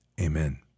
amen